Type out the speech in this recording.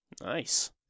nice